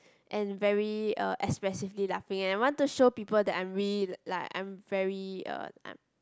and very uh expressively laughing I want to show people that I am really like I am very uh I